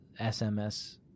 SMS